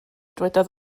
dywedodd